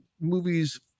movies